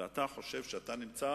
ואתה חושב שאתה נמצא